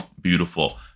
beautiful